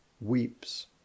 weeps